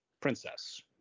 princess